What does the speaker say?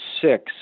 six